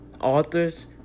Authors